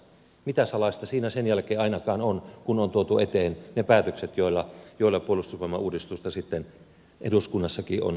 mitä salaista siinä ainakaan sen jälkeen on kun on tuotu eteen ne päätökset joilla puolustusvoimauudistusta sitten eduskunnassakin on käsitelty